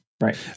right